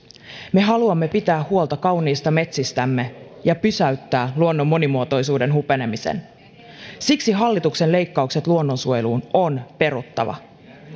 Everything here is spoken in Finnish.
me haluamme pitää huolta kauniista metsistämme ja pysäyttää luonnon monimuotoisuuden hupenemisen siksi hallituksen leikkaukset luonnonsuojeluun on peruttava